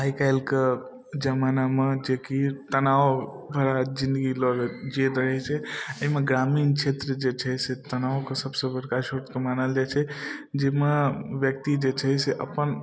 आइकाल्हिके जमानामे जेकि तनाव भरा जिनगी लोक जिएत रहै छै एहिमे ग्रामीण क्षेत्र जे छै से तनावके सबसँ बड़का छूट मानल जाइ छै जाहिमे व्यक्ति जे छै से अपन